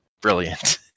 brilliant